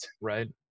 right